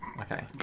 Okay